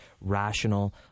rational